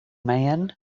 man